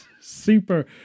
super